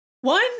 One